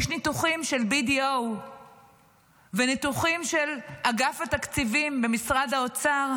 יש ניתוחים של BDO וניתוחים של אגף התקציבים במשרד האוצר,